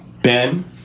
Ben